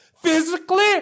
Physically